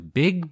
big